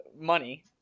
money